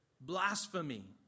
blasphemy